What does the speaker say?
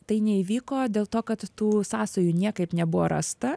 tai neįvyko dėl to kad tų sąsajų niekaip nebuvo rasta